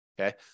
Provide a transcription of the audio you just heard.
Okay